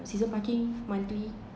season parking monthly